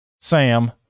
Sam